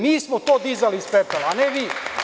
Mi smo to dizali iz pepela, a ne vi.